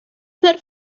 per